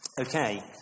Okay